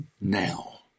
now